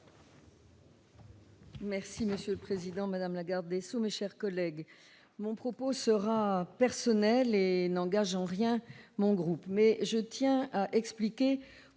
Monsieur le président, madame la garde des sceaux, mes chers collègues, mon propos est personnel et n'engage en rien mon groupe,